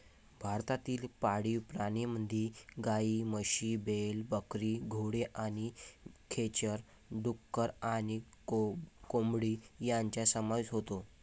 भारतीय पाळीव प्राण्यांमध्ये गायी, म्हशी, बैल, बकरी, घोडे आणि खेचर, डुक्कर आणि कोंबडी यांचा समावेश होतो